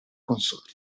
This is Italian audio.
consorte